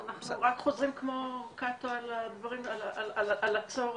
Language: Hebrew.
אנחנו רק חוזרים כמו קאטו על הדברים ועל הצורך,